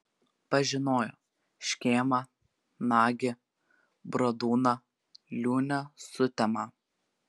pažinojo škėmą nagį bradūną liūnę sutemą